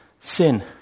sin